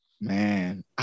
Man